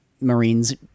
Marines